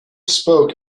spoke